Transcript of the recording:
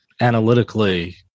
analytically